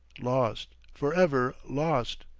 lost. for ever lost.